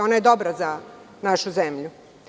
Ona je dobra za našu zemlju.